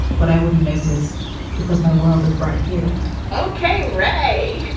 but i wouldn't notice because my world is right here ok, ray,